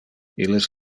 illes